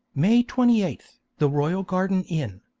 may twenty eight, the royal garden inn.